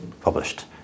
published